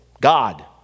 God